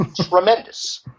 tremendous